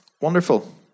Wonderful